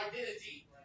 identity